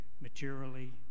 materially